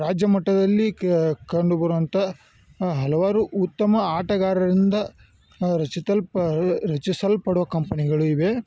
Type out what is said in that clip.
ರಾಜ್ಯ ಮಟ್ಟದಲ್ಲಿ ಕಂಡುಬರುವಂಥ ಹಲವಾರು ಉತ್ತಮ ಆಟಗಾರರಿಂದ ರಚಿಸಲ್ಪ್ ರಚಿಸಲ್ಪಡುವ ಕಂಪನಿಗಳು ಇವೆ